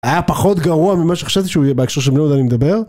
היה פחות גרוע ממה שחשבתי שהוא יהיה, בהקשר של בני יהודה אני מדבר.